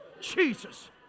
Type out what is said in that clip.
Jesus